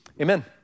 Amen